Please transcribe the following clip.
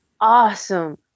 awesome